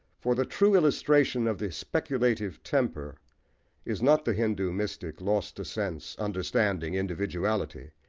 for the true illustration of the speculative temper is not the hindoo mystic, lost to sense, understanding, individuality,